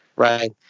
right